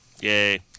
Yay